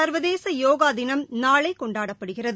சர்வதேச யோகா தினம் நாளை கொண்டாடப்படுகிறது